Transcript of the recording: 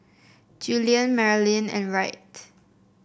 Julian Maralyn and Wright